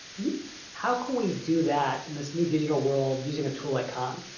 how can we do that in this new digital world using a tool like um